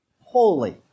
holy